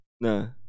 No